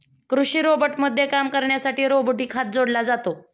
कृषी रोबोटमध्ये काम करण्यासाठी रोबोटिक हात जोडला जातो